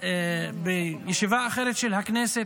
בישיבה אחרת של הכנסת,